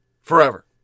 forever